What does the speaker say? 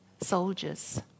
soldiers